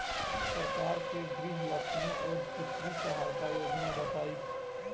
सरकार के गृहलक्ष्मी और पुत्री यहायता योजना बताईं?